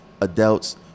adults